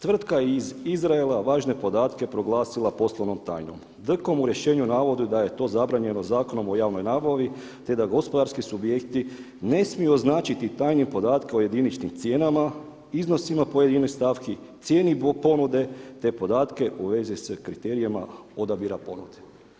Tvrtka iz Izraela je važne podatke poslovnom tajnom. … u rješenju navodi da je to zabranjeno Zakonom o javnoj nabavi te da gospodarski subjekti ne smiju označiti tajne podatke o jediničnim cijenama, iznosima pojedinih stavki, cijeni ponude te podatke u svezi sa kriterijima odabira ponude.